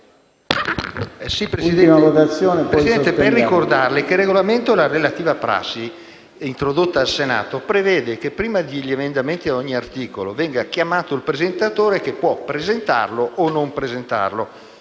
Presidente, vorrei ricordarle che il Regolamento e la relativa prassi introdotta al Senato prevedono che prima degli emendamenti ad ogni articolo venga richiamato il presentatore. Questo serve per